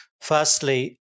Firstly